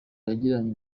yagiranye